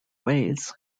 ways